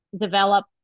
develop